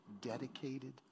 dedicated